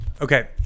Okay